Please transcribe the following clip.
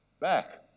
back